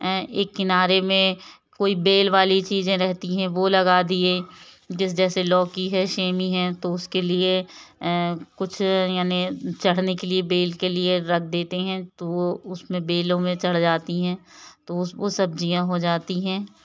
एक किनारे में कोई बेल वाली चीज़ें रहती हैं वो लगा दिए जिस जैसे लौकी है सेमी हैं तो उसके लिए कुछ याने चढ़ने के लिए बेल के लिए रख देते हैं तो वो उसमें बेलों में चढ़ जाती हैं तो वो सब्जियाँ हो जाती हैं